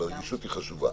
הרגישות חשובה.